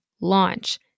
launch